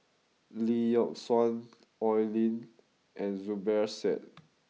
Lee Yock Suan Oi Lin and Zubir Said